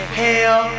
hell